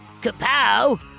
Kapow